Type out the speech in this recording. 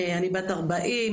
אני בת ארבעים,